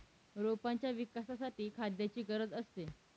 रोपांच्या विकासासाठी खाद्याची गरज असते